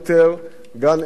גן-עדן של שוטים,